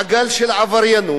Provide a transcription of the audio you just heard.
מעגל של עבריינות,